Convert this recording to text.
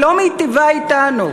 היא לא מיטיבה אתנו.